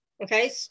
Okay